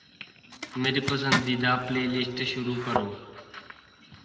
मेरी पसंदीदा प्लेलिस्ट शुरू करो